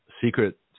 secret